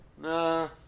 Nah